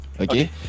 Okay